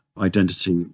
identity